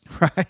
right